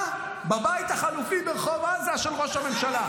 בבית החלופי ברחוב עזה של ראש הממשלה?